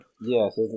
yes